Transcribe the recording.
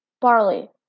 Barley